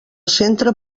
centre